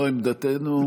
זו עמדתנו.